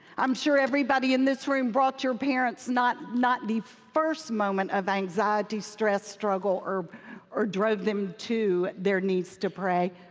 i'm sure everybody in this room brought your parents not not the first moment of anxiety, stress, struggle, or or drove them to their knees to pray.